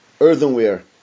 Earthenware